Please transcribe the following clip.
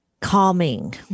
calming